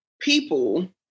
people